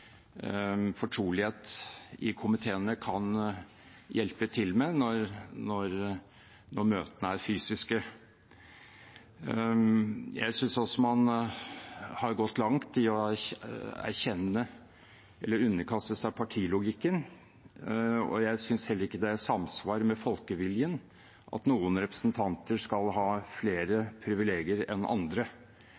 fortrolighet i komiteene kan hjelpe til med når møtene er fysiske. Jeg synes også man har gått langt i å erkjenne eller underkaste seg partilogikken, og jeg synes heller ikke det er i samsvar med folkeviljen at noen representanter skal ha flere